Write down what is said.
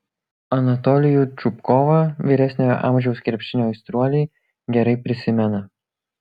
anatolijų čupkovą vyresniojo amžiaus krepšinio aistruoliai gerai prisimena